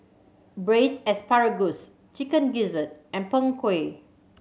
Braised Asparagus Chicken Gizzard and Png Kueh